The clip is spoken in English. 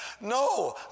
No